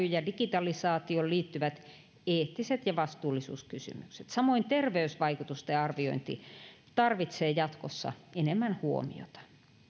ja digitalisaatioon liittyvät eettiset ja vastuullisuuskysymykset samoin terveysvaikutusten arviointi tarvitsee jatkossa enemmän huomiota